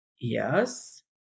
yes